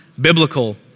biblical